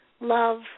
love